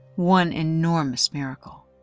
one enormous miracle,